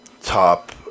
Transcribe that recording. top